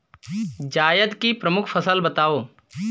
जायद की प्रमुख फसल बताओ